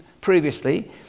previously